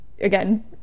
again